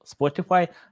spotify